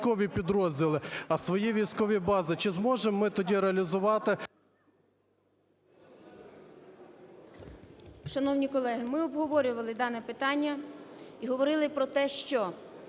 Шановні колеги, ми обговорювали дане питання і говорили про те, що